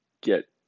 get